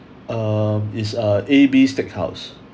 um it's uh A B steakhouse